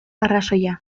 arrazoia